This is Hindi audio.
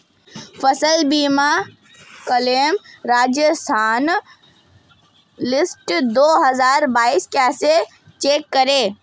फसल बीमा क्लेम राजस्थान लिस्ट दो हज़ार बाईस कैसे चेक करें?